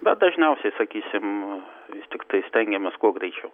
bet dažniausiai sakysim vis tiktai stengiamės kuo greičiau